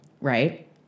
Right